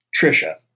trisha